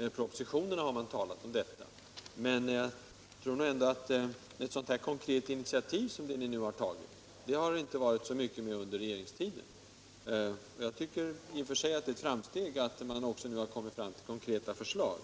Man har också talat om det i propositioner. Men jag tror ändå att sådana konkreta initiativ som ni nu har tagit, har det inte funnits mycket av under socialdemokraternas regeringstid. I och för sig tycker jag givetvis det är ett framsteg, att ni nu har kommit med konkreta förslag.